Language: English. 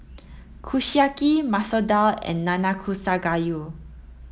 Kushiyaki Masoor Dal and Nanakusa Gayu